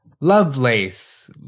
Lovelace